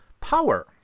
power